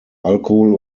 alkohol